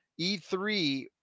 E3